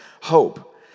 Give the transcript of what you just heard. hope